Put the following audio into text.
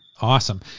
Awesome